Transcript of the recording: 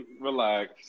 Relax